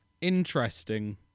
interesting